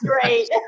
great